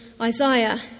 Isaiah